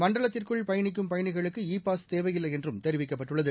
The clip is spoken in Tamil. மண்டலத்திற்குள் பயணிக்கும் பயணிகளுக்கு இ பாஸ் தேவையில்லைஎன்றும் தெரிவிக்கப்பட்டுள்ளது